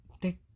take